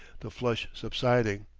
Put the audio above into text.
the flush subsiding.